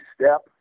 step